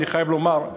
אני חייב לומר,